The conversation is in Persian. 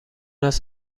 است